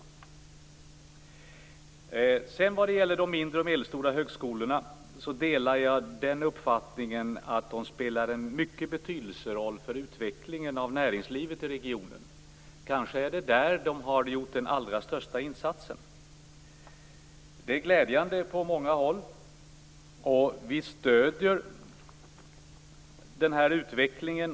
Jag delar uppfattningen att de mindre och medelstora högskolorna spelar en mycket betydelsefull roll för utvecklingen av näringslivet i regionen. Kanske är det där de har gjort den allra största insatsen. Det är glädjande på många håll, och vi stöder utvecklingen.